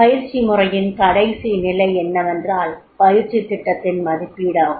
பயிற்சி முறையின் கடைசி நிலை என்னவென்றால் பயிற்சி திட்டத்தின் மதிப்பீடு ஆகும்